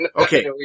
Okay